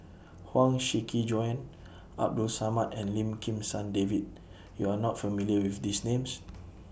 Huang Shiqi Joan Abdul Samad and Lim Kim San David YOU Are not familiar with These Names